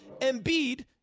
Embiid